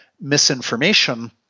misinformation